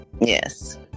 Yes